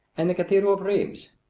and the cathedral of rheims.